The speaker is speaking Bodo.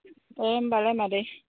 दे होनबालाय मादै